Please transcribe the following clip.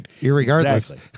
irregardless